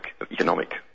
Economic